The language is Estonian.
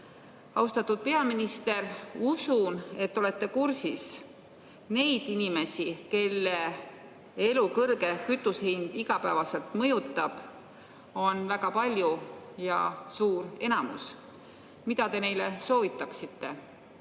Austatud peaminister, usun, et te olete kursis, et neid inimesi, kelle elu kõrge kütusehind iga päev mõjutab, on väga palju. Neid on suur enamus. Mida te neile soovitaksite?